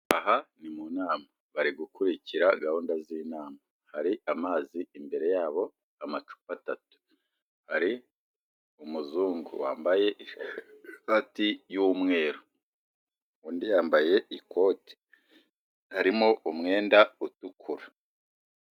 Aha ni mu nama bari gukurikira gahunda z'inama, hari amazi imbere yabo amacupa atatu, hari umuzungu wambaye ishati y'umweru, undi yambaye ikote, harimo umwenda utukura.